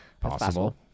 Possible